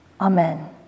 Amen